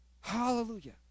Hallelujah